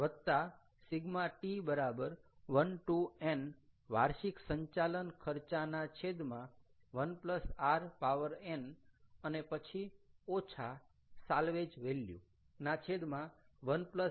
વત્તા Ʃ t 1 to n વાર્ષિક સંચાલન ખર્ચોના છેદમાં 1 rn અને પછી ઓછા સાલ્વેજ વેલ્યૂ ના છેદમાં 1 rn